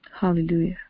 Hallelujah